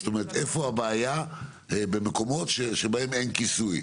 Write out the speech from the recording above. זאת אומרת איפה הבעיה במקומות שבהם אין כיסוי.